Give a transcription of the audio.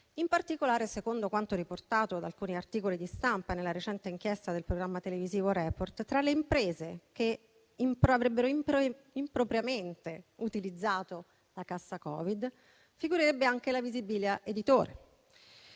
In particolare, secondo quanto riportato da alcuni articoli di stampa e nella recente inchiesta del programma televisivo «Report», tra le imprese che avrebbero impropriamente utilizzato la cassa Covid-19 figurerebbe anche la Visibilia editore,